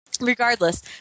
Regardless